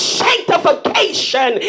sanctification